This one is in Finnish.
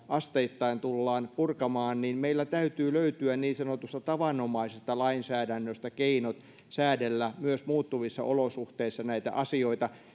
asteittain tullaan purkamaan niin meillä täytyy löytyä niin sanotusta tavanomaisesta lainsäädännöstä keinot säädellä myös muuttuvissa olosuhteissa näitä asioita